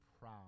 proud